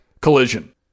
collision